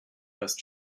rest